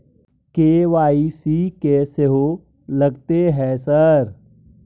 KYC की सेहो लगतै है सर?